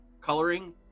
coloring